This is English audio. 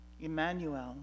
Emmanuel